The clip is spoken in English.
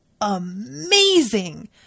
amazing